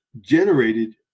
generated